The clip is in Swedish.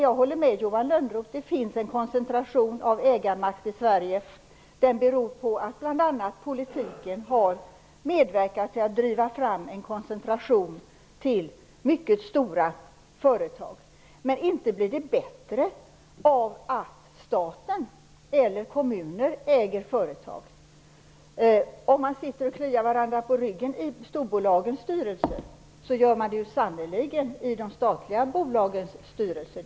Jag håller med Johan Lönnroth om att det finns en stor koncentration av ägarmakt i Sverige. Det beror bl.a. på att politiken har medverkat till att driva fram en koncentration till mycket stora företag. Men inte blir det bättre av att staten eller kommunerna äger företag. Om man kliar varandra på ryggen i storbolagens styrelser gör man det sannerligen också i de statliga bolagens styrelser.